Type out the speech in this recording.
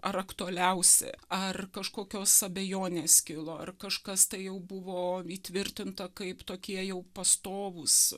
ar aktualiausi ar kažkokios abejonės kilo ar kažkas tai jau buvo įtvirtinta kaip tokie jau pastovūs